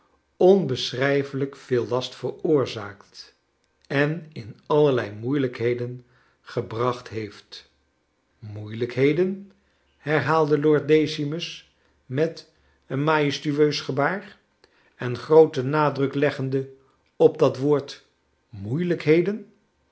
onbeschrijfelijk veel last veroorzaakt en in allerlei moeilijkheden gebracht heeft moeilijkheden herhaalde lord decimus met een majestueus gebaar charles dickens en grooten nadruk leggende op dat woord moeilijkheden